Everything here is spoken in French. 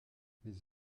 mais